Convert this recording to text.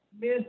miss